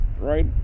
right